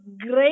great